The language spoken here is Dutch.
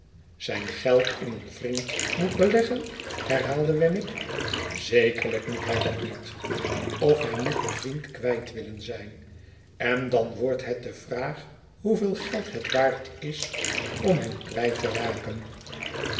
zijn geld in een vriend moet beleggen hervatte wemmick zekerlijk moet hij dat niet of hij moet den vriend kwijt willen zijn en dan wordt het de vraag hoeveel geld het waard is om hem kwijt te raken